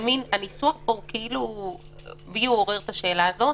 הניסוח פה עורר בי את השאלה הזאת.